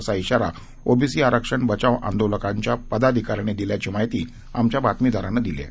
असा इशारा ओबीसी आरक्षण बचाव आंदोलकच्या पदाधिकाऱ्यांनी दिल्याची माहिती आमच्या बातमीदारानं दिली आहे